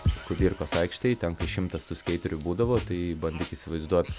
kudirkos aikštėj ten kai šimtas tų skeiterių būdavo tai bandyk įsivaizduot